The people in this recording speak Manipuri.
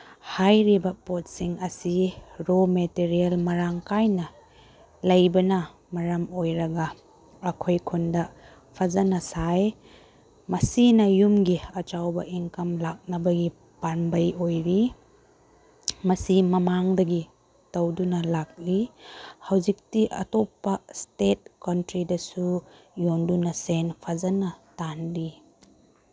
ꯍꯥꯏꯔꯤꯕ ꯄꯣꯠꯁꯤꯡ ꯑꯁꯤ ꯔꯣ ꯃꯦꯇꯔꯤꯌꯜ ꯃꯔꯥꯡ ꯀꯥꯏꯅ ꯂꯩꯕꯅ ꯃꯔꯝ ꯑꯣꯏꯔꯒ ꯑꯩꯈꯣꯏꯅ ꯈꯨꯟꯗ ꯐꯖꯅ ꯁꯥꯏ ꯃꯁꯤꯅ ꯌꯨꯝꯒꯤ ꯑꯆꯧꯕ ꯏꯪꯀꯝ ꯂꯥꯛꯅꯕꯒꯤ ꯄꯥꯝꯕꯩ ꯑꯣꯏꯔꯤ ꯃꯁꯤ ꯃꯃꯥꯡꯗꯒꯤ ꯇꯧꯗꯨꯅ ꯂꯥꯛꯂꯤ ꯍꯧꯖꯤꯛꯇꯤ ꯑꯇꯣꯞꯄ ꯁ꯭ꯇꯦꯠ ꯀꯟꯇ꯭ꯔꯤꯗꯁꯨ ꯌꯣꯟꯗꯨꯅ ꯁꯦꯟ ꯐꯖꯅ ꯇꯥꯜꯂꯤ